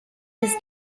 his